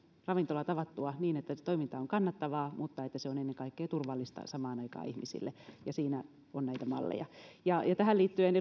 ravintolat avattua niin että toiminta on kannattavaa mutta että se on ennen kaikkea samaan aikaan turvallista ihmisille ja siinä on näitä malleja tähän liittyen